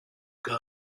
gun